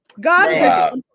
God